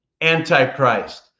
Antichrist